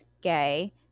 gay